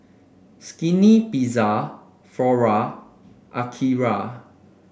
Skinny Pizza Flora Akira